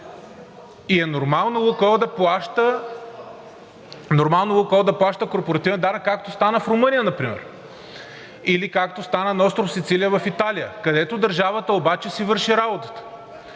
Нормално е „Лукойл” да плаща корпоративен данък, както стана в Румъния например, или както стана на остров Сицилия в Италия, където държавата обаче си върши работата.